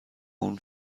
اون